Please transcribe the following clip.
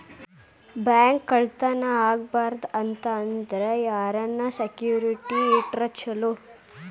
Bank ಕಳ್ಳತನಾ ಆಗ್ಬಾರ್ದು ಅಂತ ಅಂದ್ರ ಯಾರನ್ನ ಸೆಕ್ಯುರಿಟಿ ಇಟ್ರ ಚೊಲೊ?